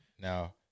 Now